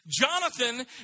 Jonathan